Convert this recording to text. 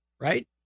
right